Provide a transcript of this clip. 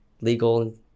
legal